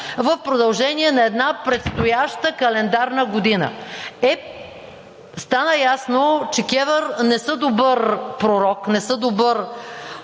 в продължение на една предстояща календарна година. Стана ясно, че КЕВР не е добър пророк, не е добър